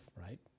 right